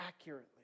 accurately